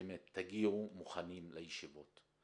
באמת תגיעו מוכנים לישיבות.